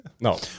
No